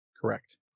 Correct